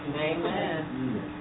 Amen